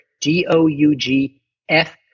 d-o-u-g-f